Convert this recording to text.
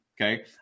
okay